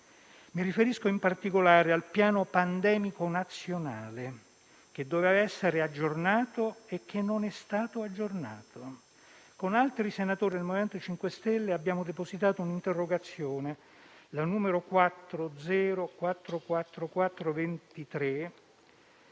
Mi riferisco, in particolare, al piano pandemico nazionale, che doveva essere aggiornato, ma che non è stato aggiornato. Con altri senatori del MoVimento 5 Stelle abbiamo depositato l'interrogazione